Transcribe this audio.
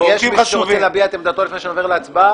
יש מישהו שרוצה להביע את עמדתו לפני שאני עובר להצבעה?